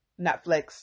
Netflix